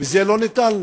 וזה לא ניתן לו.